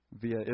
via